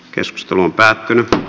keskustelua ei syntynyt